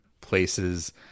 places